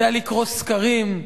יודע לקרוא סקרים,